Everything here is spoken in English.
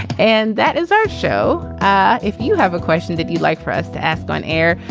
and that is our show. ah if you have a question that you'd like for us to ask on air,